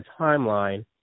timeline